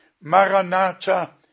Maranatha